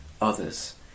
others